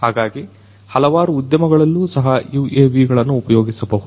ಹಾಗಾಗಿ ಹಲವಾರು ಉದ್ಯಮಗಳಲ್ಲೂ ಸಹ UAVಗಳನ್ನು ಉಪಯೋಗಿಸಬಹುದು